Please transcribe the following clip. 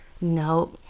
No